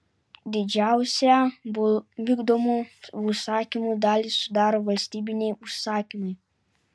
didžiausią bull vykdomų užsakymų dalį sudaro valstybiniai užsakymai